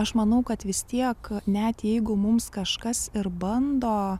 aš manau kad vis tiek net jeigu mums kažkas ir bando